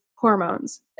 hormones